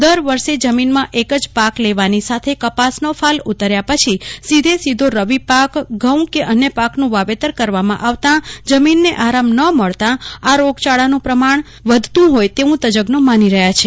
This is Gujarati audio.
દરવર્ષે જમીનમાં એક જ પાક લેવાની સાથે કપાસનો ફાલ ઊતર્યા પછી સીધે સીધો રવી પાક ઘઉં કે અન્ય પાકનું વાવેતર કરવામાં આવતાં જમીનને આરામ ન મળતાં રોગચાળાનું આ પણ વધતું હોય તેવું તજજ્ઞો માની રહ્યા છે